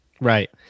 Right